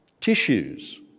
tissues